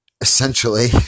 essentially